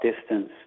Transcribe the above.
distance